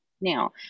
now